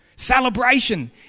Celebration